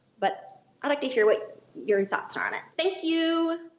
but i'd like to hear what your thoughts are on it. thank you.